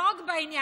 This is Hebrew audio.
לא רק בעניין,